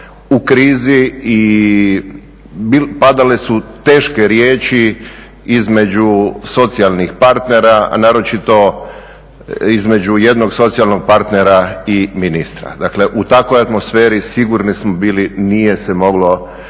u krizi i padale su teške riječi između socijalnih partnera naročito između jednog socijalnog partnera i ministra. Dakle, u takvoj atmosferi sigurni smo bili nije se moglo